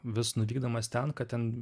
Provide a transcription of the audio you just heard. vis nuvykdamas ten kad ten